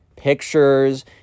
Pictures